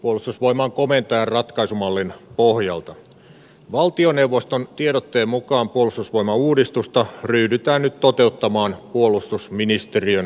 puolustusvoiman komentaja ratkaisumallin pohjalta valtioneuvoston tiedotteen mukaan puolustusvoimauudistusta ryhdytään toteuttamaan puolustusministeriön